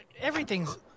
Everything's